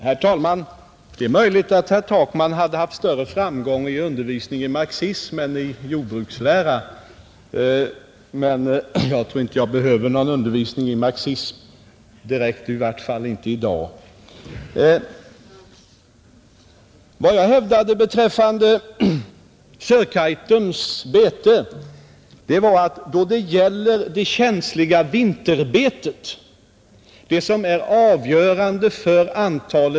Herr talman! Det är möjligt att herr Takman hade haft större framgång med undervisning i marxism än i jordbrukslära. Men jag tror inte jag behöver någon undervisning i marxism heller, i varje fall inte i dag. Vad jag talade om var det känsliga vinterbetet.